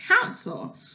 counsel